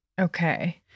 Okay